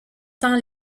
temps